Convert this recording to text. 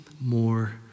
more